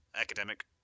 academic